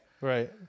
Right